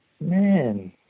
man